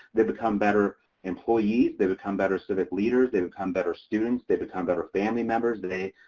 they become better employees. they become better civic leaders. they become better students. they become better family members. they they